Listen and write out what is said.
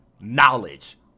knowledge